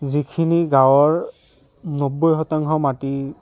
যিখিনি গাঁৱৰ নব্বৈ শতাংশ মাটি